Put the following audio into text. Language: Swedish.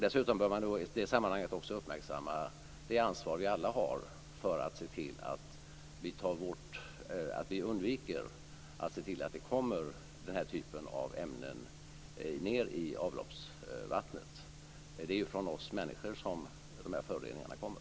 Dessutom bör man i det sammanhanget uppmärksamma det ansvar vi alla har för att se till att undvika att den här typen av ämnen kommer ned i avloppsvattnet. Det är ju från oss människor som de här föroreningarna kommer.